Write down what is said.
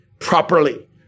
properly